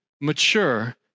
mature